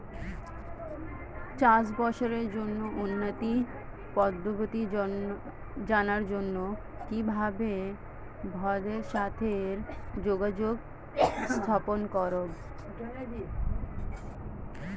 চাষবাসের জন্য উন্নতি পদ্ধতি জানার জন্য কিভাবে ভক্তের সাথে যোগাযোগ স্থাপন করব?